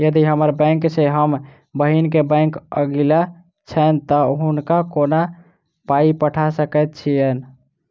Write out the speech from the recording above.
यदि हम्मर बैंक सँ हम बहिन केँ बैंक अगिला छैन तऽ हुनका कोना पाई पठा सकैत छीयैन?